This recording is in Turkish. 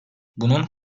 bunun